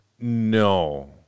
no